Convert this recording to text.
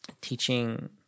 teaching